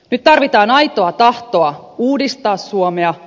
nyt tarvitaan aitoa tahtoa uudistaa suomea